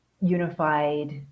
unified